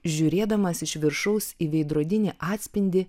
žiūrėdamas iš viršaus į veidrodinį atspindį